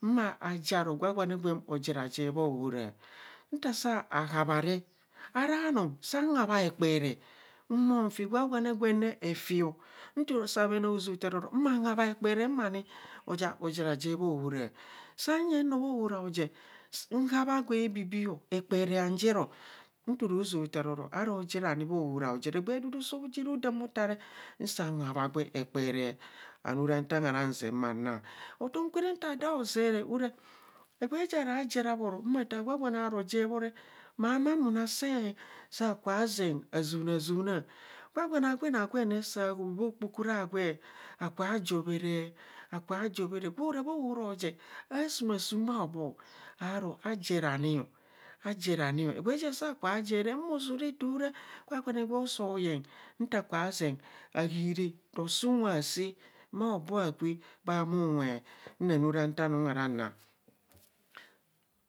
ma ja aro gwagwane gwen ojeraje bha ohara, nta saa haabha re ara anum saa habhaa ekperee nhumo nfi gwagwa gwen ne efi saa me nạng ozaa nta oro ma habha ekperee mani aja ojeraje bha ohora saa nyeng nro bha ohora ho jer nhabha gwe hebikii hekperee han jero nto ro zạạ oro bha ohora hojero egbee dudu so jero atare nsang habha gwe hekpere and ara nta haraa hotom kwe re nta daa hozeree ora egbe ja ra jero abhoro mạạ tạạ gwagwane aaro jer bho re maa mamu na see saa kubha zeng azora na zoona gwagwane aagwen ne saa hoo bha okpokoro aagwe akubha jo bheree akubha jobheree gwo rạạ bha ohora hojer asuma asum bhaoboo aro ajera nio ajera nio egbee ja saa kubha jere moso ra tạạ ora gwagwa gwe osoo yeng nta kubha zeng ahiire rose unwe aasa bha obho aakwe bha muu nwe nene ora ta nun na naa